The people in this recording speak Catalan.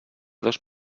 dos